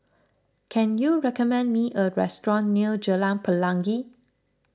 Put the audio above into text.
can you recommend me a restaurant near Jalan Pelangi